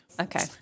Okay